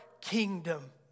kingdom